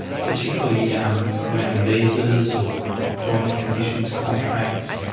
particularly um around visas or ah employment conditions, contracts,